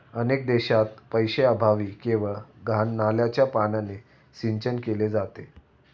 अनेक देशांत पैशाअभावी केवळ घाण नाल्याच्या पाण्याने सिंचन केले जाते